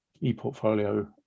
e-portfolio